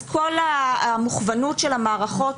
אז כל המוכוונות של המערכות,